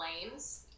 flames